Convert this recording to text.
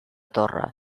torre